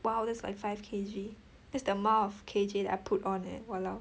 !wow! that's like five K_G that's the amount of K_G that I put on leh !walao!